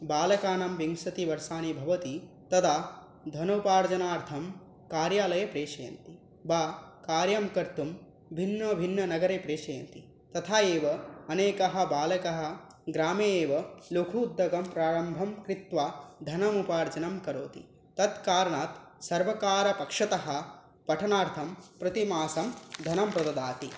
बालकानां विंशतिः वर्षाणि भवति तदा धनोपार्जनार्थं कार्यालये प्रेषयन्ति वा कार्यं कर्तुं भिन्नभिन्ननगरे प्रेषयन्ति तथा एव अनेकः बालकः ग्रामे एव लघु उद्योगं प्रारम्भं कृत्वा धनम् उपार्जनं करोति तत् कारणात् सर्वकारपक्षतः पठनार्थं प्रतिमासं धनं प्रददाति